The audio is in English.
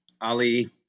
Ali